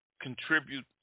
contribute